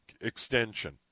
Extension